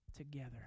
together